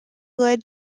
led